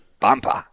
Bumper